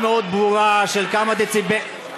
אמרתי,